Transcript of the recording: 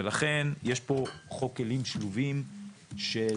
ולכן יש פה חוק כלים שלובים של